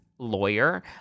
lawyer